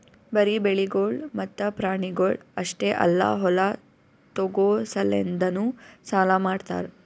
ಬರೀ ಬೆಳಿಗೊಳ್ ಮತ್ತ ಪ್ರಾಣಿಗೊಳ್ ಅಷ್ಟೆ ಅಲ್ಲಾ ಹೊಲ ತೋಗೋ ಸಲೆಂದನು ಸಾಲ ಮಾಡ್ತಾರ್